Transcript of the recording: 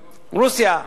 רוסיה.